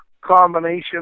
combination